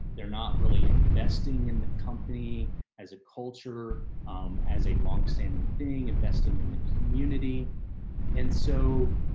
they're not really investing in the company as a culture as a long standing thing investing in the community and so